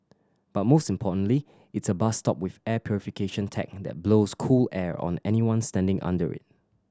but most importantly it's a bus stop with air purification tech that blows cool air on anyone standing under it